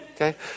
Okay